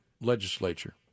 legislature